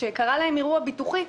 כאשר קרה להם אירוע ביטוחי,